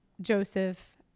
Joseph